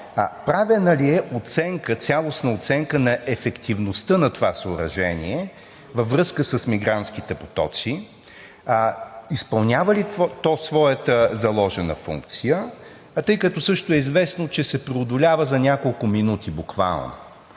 правена ли е цялостна оценка на ефективността на това съоръжение във връзка с мигрантските потоци? Изпълнява ли то своята заложена функция, тъй като също е известно, че се преодолява буквално